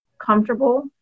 comfortable